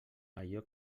allò